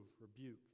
rebuke